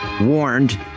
warned